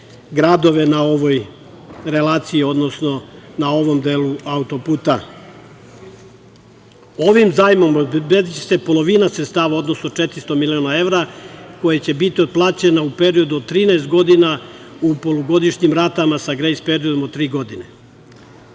gradove na ovoj relaciji, odnosno na ovom delu autoputa. Ovim zajmom obezbediće se polovina sredstava, odnosno 400 miliona evra koja će biti otplaćena u periodu od 13 godina u polugodišnjim ratama sa grejs periodom od tri